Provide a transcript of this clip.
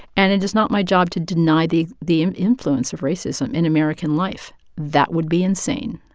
and it is not my job to deny the the influence of racism in american life. that would be insane.